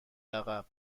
عقب